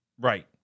Right